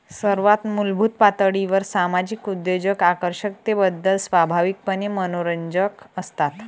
सर्वात मूलभूत पातळीवर सामाजिक उद्योजक आकर्षकतेबद्दल स्वाभाविकपणे मनोरंजक असतात